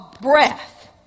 breath